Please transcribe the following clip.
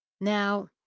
Now